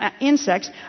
insects